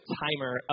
timer